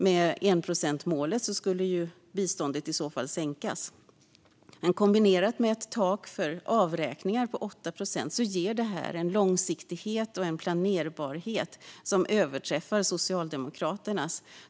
Med enprocentsmålet skulle biståndet i så fall sänkas. Kombinerat med ett tak för avräkningar på 8 procent ger vårt förslag en långsiktighet och planerbarhet som överträffar Socialdemokraternas.